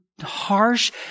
harsh